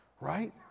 right